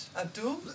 Abdul